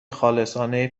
خالصانه